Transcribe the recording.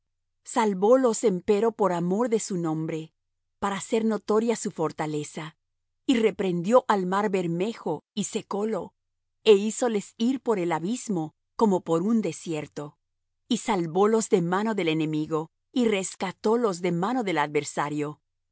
bermejo salvólos empero por amor de su nombre para hacer notoria su fortaleza y reprendió al mar bermejo y secólo e hízoles ir por el abismo como por un desierto y salvólos de mano del enemigo y rescatólos de mano del adversario